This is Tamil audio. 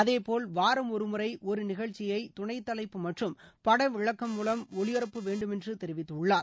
அதேபோல் வாரம் ஒருமுறை ஒரு நிகழ்ச்சியை துணை தலைப்பு மற்றும் படவிளக்கம் முலம் ஒளிபரப்ப வேண்டுமென்று தெரிவித்துள்ளார்